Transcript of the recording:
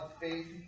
faith